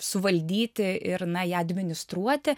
suvaldyti ir na ją administruoti